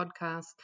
podcast